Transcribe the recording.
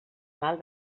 mal